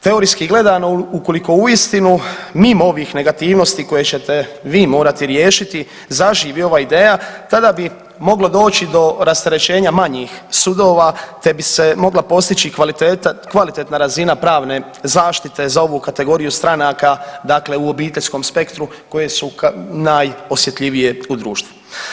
Teorijski gledano ukoliko uistinu mimo ovih negativnosti koje ćete vi morati riješiti zaživi ova ideja tada bi moglo doći do rasterećenja manjih sudova te bi se mogla postići kvaliteta, kvalitetna razina pravne zaštite za ovu kategoriju stranaka dakle u obiteljskom spektru koje su najosjetljivije u društvu.